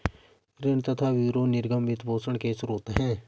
ऋण तथा यूरो निर्गम वित्त पोषण के स्रोत है